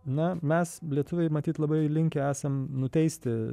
na mes lietuviai matyt labai linkę esam nuteisti